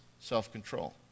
self-control